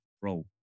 bro